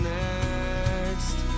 next